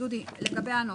דודי, לגבי הנוסח.